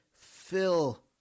fill